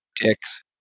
Dicks